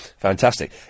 Fantastic